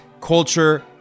culture